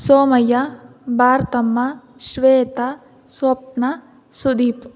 Somaiah Bharathamma Shweta Swapna Sudeep